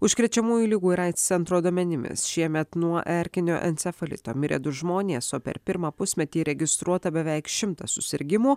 užkrečiamųjų ligų ir aids centro duomenimis šiemet nuo erkinio encefalito mirė du žmonės o per pirmą pusmetį registruota beveik šimtas susirgimų